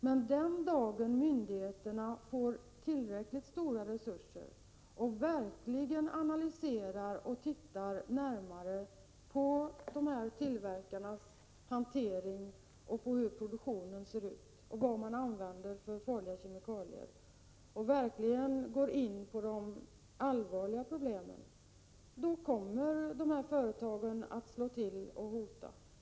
Men den dag myndigheterna får tillräckligt stora resurser för att verkligen analysera och titta närmare på tillverkarnas hantering och på hur produktionen ser ut och vilka farliga kemikalier man använder, när man verkligen går in på de allvarliga problemen, då kommer företagen att slå till och hota.